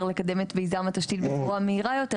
לקדם את מיזם התשתית בצורה מהירה יותר,